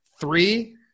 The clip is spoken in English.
three